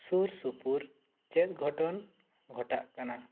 ᱥᱩᱨ ᱥᱩᱯᱩᱨ ᱪᱮᱫ ᱜᱷᱚᱴᱚᱱ ᱜᱷᱴᱟᱜ ᱠᱟᱱᱟ